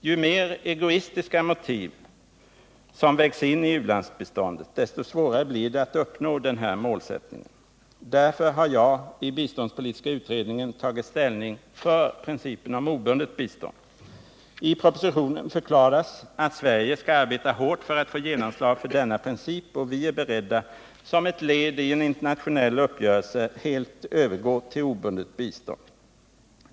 Ju mer egoistiska motiv vägs in i u-landsbiståndet, desto svårare blir det att uppnå denna målsättning. Därför har jag i biståndspolitiska utredningen tagit ställning för principen om obundet bistånd. I propositionen förklaras att Sverige skall arbeta hårt för att få genomslag för denna princip och att vi är beredda, som ett led i en internationell uppgörelse, att helt övergå till obundet bistånd.